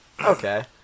Okay